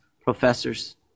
professors